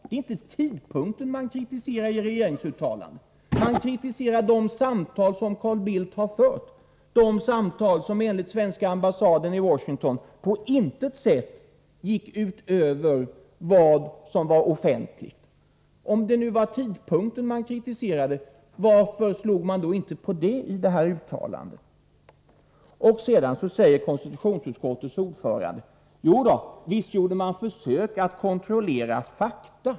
Det är inte tidpunkten man kritiserar i regeringsuttalandet. Man kritiserar de samtal som Carl Bildt har fört, de samtal som enligt svenska ambassaden i Washington på intet sätt gick utöver vad som var offentligt. Om det nu var tidpunkten man kritiserade, varför tryckte man då inte på det i regeringsuttalandet? Sedan säger konstitutionsutskottets ordförande: Jo då, visst gjorde man försök att kontrollera fakta.